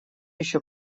ещё